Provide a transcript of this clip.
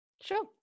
Sure